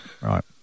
Right